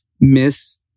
miss